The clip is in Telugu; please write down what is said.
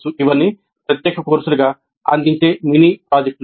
ఇవన్నీ ప్రత్యేక కోర్సులుగా అందించే మినీ ప్రాజెక్టులు